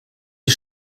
die